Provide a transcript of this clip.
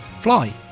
fly